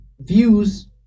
Views